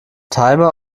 timer